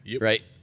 Right